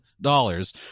dollars